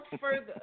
further